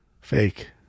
Fake